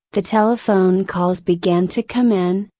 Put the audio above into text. the telephone calls began to come in,